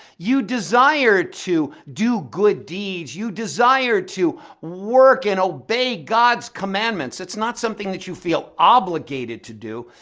you desire to do good deeds. you desire to work and obey god's commandments. it's not something that you feel obligated to do.